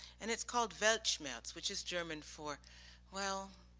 and it's called weltschmerz, which is german for well,